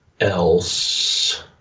Else